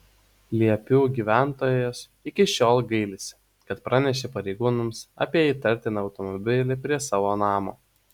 liepių gyventojas iki šiol gailisi kad pranešė pareigūnams apie įtartiną automobilį prie savo namo